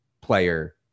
player